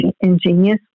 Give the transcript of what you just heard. ingenious